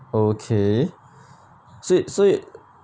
okay so you so you